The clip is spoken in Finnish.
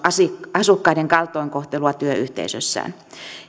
asukkaiden kaltoinkohtelua työyhteisössään